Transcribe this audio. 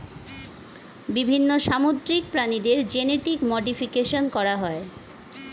বিভিন্ন সামুদ্রিক প্রাণীদের জেনেটিক মডিফিকেশন করা হয়